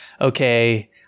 okay